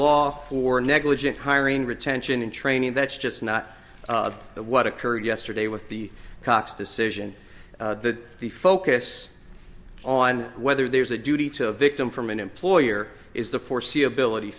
law for negligent hiring retention and training that's just not what occurred yesterday with the cox decision that the focus on whether there's a duty to a victim from an employer is the foreseeability